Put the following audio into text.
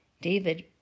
David